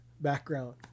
background